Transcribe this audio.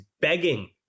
begging